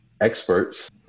Experts